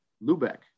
Lubeck